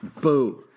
Boo